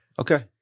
Okay